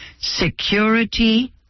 security